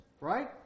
right